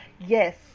Yes